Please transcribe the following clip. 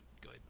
good